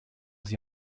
sie